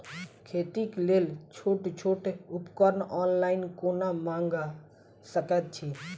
खेतीक लेल छोट छोट उपकरण ऑनलाइन कोना मंगा सकैत छी?